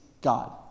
God